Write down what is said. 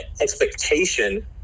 expectation